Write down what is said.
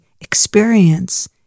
experience